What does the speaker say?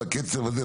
בקצב הזה,